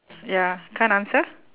ya can't answer